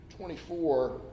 24